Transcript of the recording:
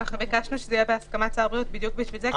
ביקשנו שזה יהיה בהסכמת שר הבריאות בדיוק בשביל זה.